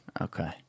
Okay